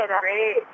Great